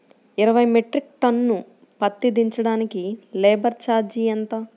ఇరవై metric ton పత్తి దించటానికి లేబర్ ఛార్జీ ఎంత?